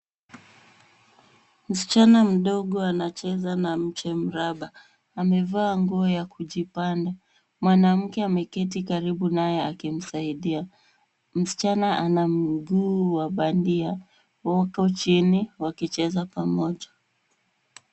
Msichana mdogo anacheza na mche mraba amevaa nguo ya kujipande. Mwanamke ameketi karibu naye akimsaidia. Msichana ana nguo wa pandia wako chini wakicheza pamoja.